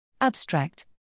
Abstract